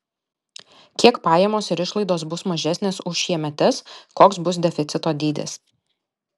kiek pajamos ir išlaidos bus mažesnės už šiemetes koks bus deficito dydis